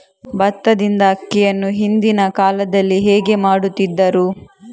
ಭತ್ತದಿಂದ ಅಕ್ಕಿಯನ್ನು ಹಿಂದಿನ ಕಾಲದಲ್ಲಿ ಹೇಗೆ ಮಾಡುತಿದ್ದರು?